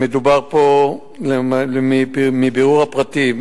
מבירור הפרטים